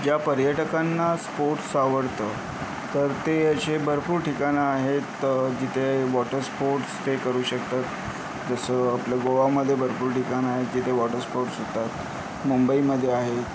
ज्या पर्यटकांना स्पोर्ट्स आवडतं तर ते असे भरपूर ठिकाणं आहेत जिथे वॉटर स्पोर्ट्स ते करू शकतात जसं आपलं गोवामध्ये भरपूर ठिकाणं आहेत जिथे वॉटर स्पोर्ट्स होतात मुंबईमध्ये आहेत